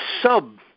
sub